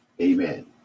Amen